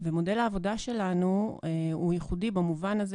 ומודל העבודה שלנו הוא ייחודי במובן הזה